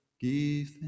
give